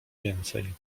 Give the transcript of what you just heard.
więcej